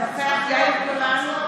אינו נוכח יאיר גולן,